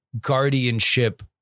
guardianship